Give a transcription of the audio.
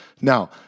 Now